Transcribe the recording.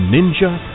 Ninja